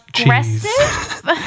aggressive